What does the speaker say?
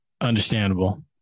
Understandable